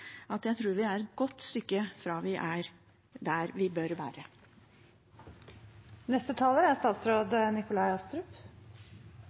at jeg tror vi er et godt stykke fra å være der vi bør